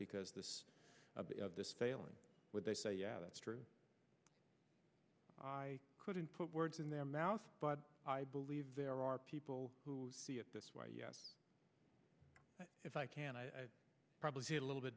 because this failing they say yeah that's true i couldn't put words in their mouth but i believe there are people who see it this way yes if i can i probably see a little bit